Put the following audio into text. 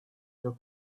took